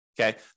Okay